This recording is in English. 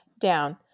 down